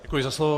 Děkuji za slovo.